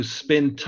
spend